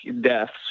deaths